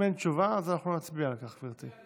אם אין תשובה, אז אנחנו נצביע על כך, גברתי.